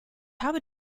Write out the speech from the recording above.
habe